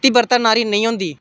पतिवर्ता नारी नेईं होंदी